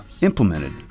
implemented